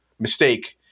mistake